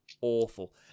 awful